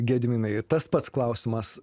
gediminai tas pats klausimas